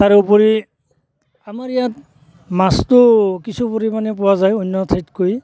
তাৰ উপৰি আমাৰ ইয়াত মাছটো কিছু পৰিমাণে পোৱা যায় অন্য ঠাইতকৈ